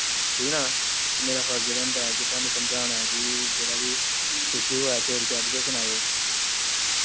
ठीक ऐ ना मेरा फर्ज बनदा ऐ तोआनू समझानी कि कुछ होऐ चोरी चारी त सनायो ठीक ऐ